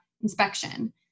inspection